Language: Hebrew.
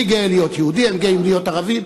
אני גאה להיות יהודי, הם גאים להיות ערבים.